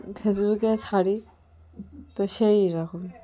ফেসবুকে ছাড়ি তো সেই রকম